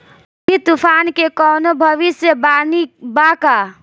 आँधी तूफान के कवनों भविष्य वानी बा की?